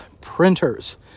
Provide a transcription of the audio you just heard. printers